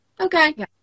okay